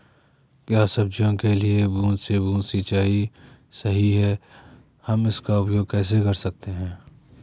क्या सब्जियों के लिए बूँद से सिंचाई सही है हम इसका उपयोग कैसे कर सकते हैं?